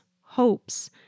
hopes